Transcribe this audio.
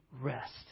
rest